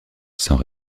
sans